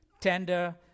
tender